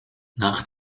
nach